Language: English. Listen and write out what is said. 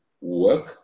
work